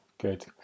Good